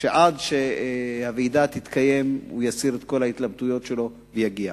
שעד שהוועידה תתקיים הוא יסיר את כל ההתלבטויות שלו ויגיע.